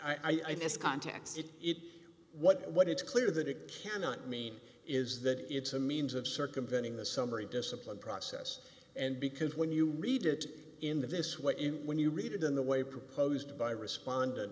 guess contacts it it what it's clear that it cannot mean is that it's a means of circumventing the summary disciplined process and because when you read it in a vis way when you read it in the way proposed by respond